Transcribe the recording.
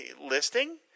listing